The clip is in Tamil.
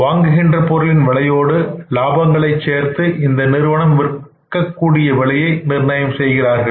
வாங்குகின்ற பொருளின் விலையோடு லாபங்களை சேர்த்து இந்த நிறுவனம் விற்கக்கூடிய விலையை நிர்ணயம் செய்கிறார்கள்